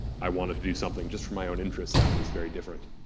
i wanted to do something just for my own interest. that was very different,